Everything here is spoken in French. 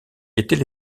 était